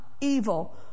evil